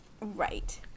right